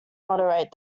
moderate